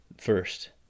first